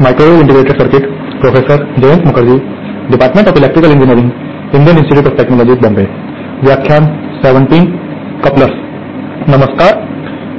नमस्कार